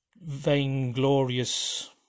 vainglorious